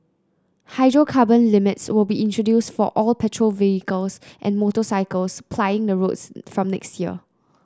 hydrocarbon limits will be introduce for all petrol vehicles and motorcycles plying the roads from next year